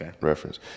reference